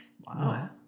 wow